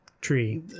tree